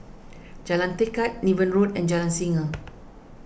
Jalan Tekad Niven Road and Jalan Singa